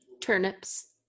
Turnips